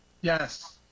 Yes